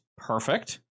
Perfect